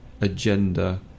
agenda